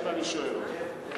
עכשיו אני שואל אותך,